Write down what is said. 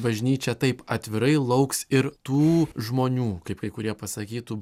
bažnyčia taip atvirai lauks ir tų žmonių kaip kai kurie pasakytų